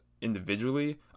individually